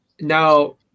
now